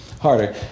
harder